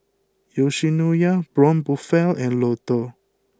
Yoshinoya Braun Buffel and Lotto